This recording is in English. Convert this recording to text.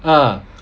!huh!